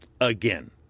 again